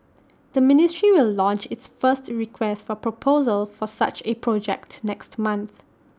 the ministry will launch its first request for proposal for such A project next month